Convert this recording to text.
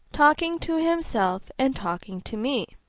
talking to himself and talking to me.